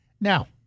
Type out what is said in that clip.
Now